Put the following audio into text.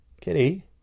Kitty